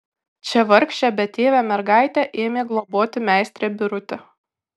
čia vargšę betėvę mergaitę ėmė globoti meistrė birutė